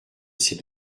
ces